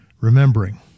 remembering